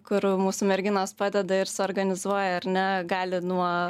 kur mūsų merginos padeda ir suorganizuoja ar ne gali nuo